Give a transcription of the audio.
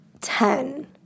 ten